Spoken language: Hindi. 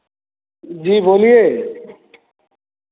जी बोलिए